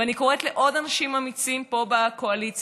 ואני קוראת לעוד אנשים אמיצים פה בקואליציה,